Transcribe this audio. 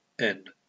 End